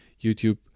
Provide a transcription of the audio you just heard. YouTube